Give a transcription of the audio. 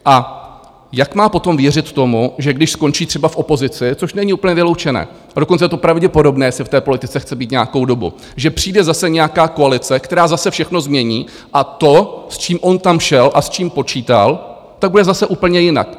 A jak má potom věřit tomu, že když skončí třeba v opozici, což není úplně vyloučené, a dokonce je to pravděpodobné, jestli v té politice chce být nějakou dobu, že přijde zase nějaká koalice, která zase všechno změní, a to, s čím on tam šel a s čím počítal, tak bude zase úplně jinak.